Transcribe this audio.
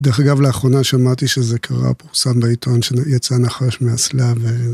דרך אגב, לאחרונה שמעתי שזה קרה, פורסם בעיתון, שיצא נחש מאסלה ו...